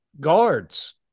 guards